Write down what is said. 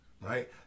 right